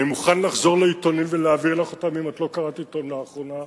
אני מוכן לחזור לעיתונים ולהביא לך אותם אם את לא קראת עיתון לאחרונה.